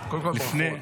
--- קודם כול, ברכות.